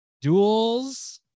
Duels